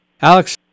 Alex